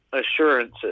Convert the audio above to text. assurances